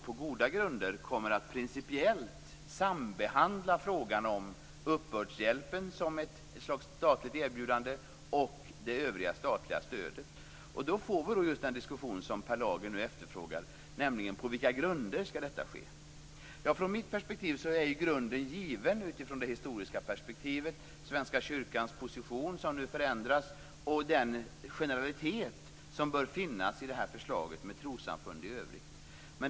På goda grunder kommer man då att principiellt sambehandla frågan om uppbördshjälpen som ett slags statligt erbjudande och det övriga statliga stödet. Då får vi den diskussion som Per Lager efterfrågar: På vilka grunder skall detta ske? Från mitt perspektiv är grunden given utifrån det historiska perspektivet: Svenska kyrkans position som nu förändras och den allmängiltighet som bör finnas i förslaget och som gäller trossamfunden i övrigt.